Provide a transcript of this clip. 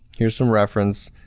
here's some reference,